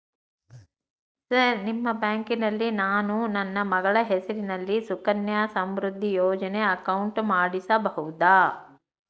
Sir ನಿಮ್ಮ ಬ್ಯಾಂಕಿನಲ್ಲಿ ನಾನು ನನ್ನ ಮಗಳ ಹೆಸರಲ್ಲಿ ಸುಕನ್ಯಾ ಸಮೃದ್ಧಿ ಯೋಜನೆ ಅಕೌಂಟ್ ಮಾಡಿಸಬಹುದಾ?